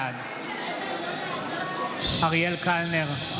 בעד אריאל קלנר,